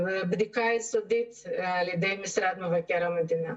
בדיקה יסודית על ידי משרד מבקר המדינה.